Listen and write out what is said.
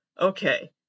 Okay